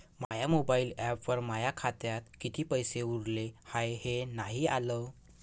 माया mobile ॲपवर माया खात्यात किती पैसे उरले हाय हे नाही आलं